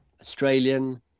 Australian